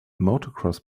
motocross